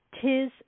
Tis